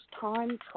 time